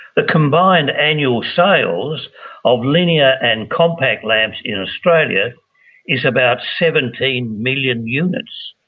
the combined annual sales of linear and compact lamps in australia is about seventeen million units.